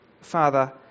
Father